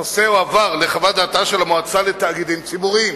הנושא הועבר לחוות דעתה של המועצה לתאגידים ציבוריים,